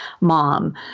mom